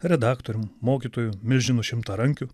redaktoriumi mokytoju milžinu šimtarankiu